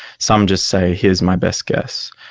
some just say here's my best guess.